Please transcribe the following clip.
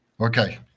Okay